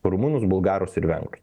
rumunus bulgarus ir vengrus